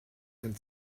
and